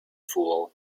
fool